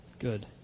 Good